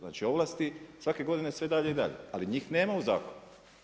Znači ovlasti svake godine sve dalje i dalje, ali njih nema u zakonu.